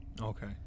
Okay